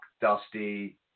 Dusty